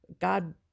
God